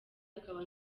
akaba